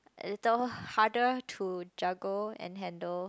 little harder to juggle and handle